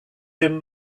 him